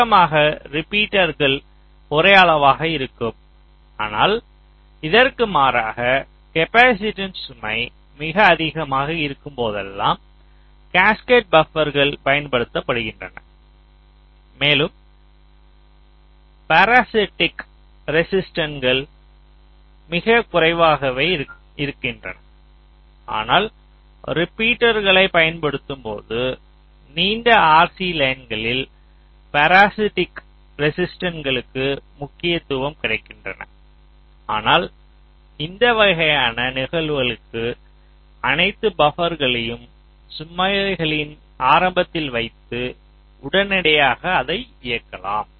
வழக்கமாக ரிப்பீட்டர்கள் ஒரே அளவாக இருக்கும் ஆனால் இதற்கு மாறாக காப்பாசிட்டன்ஸ் சுமை மிக அதிகமாக இருக்கும்போதெல்லாம் கேஸ்கேட் பபர்கள் பயன்படுத்தப்படுகின்றன மேலும் பாராஸிட்டிக் ரெசிஸ்டன்ஸ்கள் மிகக் குறைவாகவே இருக்கின்றன ஆனால் ரிப்பீட்டர்களைப் பயன்படுத்தும்போது நீண்ட RC லைன்களில் பாராஸிட்டிக் ரெசிஸ்டன்ஸ்களுக்கு முக்கியத்துவம் கிடைகின்றன ஆனால் இந்த வகையான நிகழ்வுகளுக்கு அனைத்து பபர்களையும் சுமைகளின் ஆரம்பத்தில் வைத்து உடனடியாக அதை இயக்கலாம்